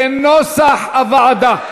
כנוסח הוועדה.